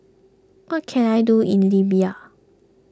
what can I do in Libya